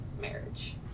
marriage